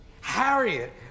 Harriet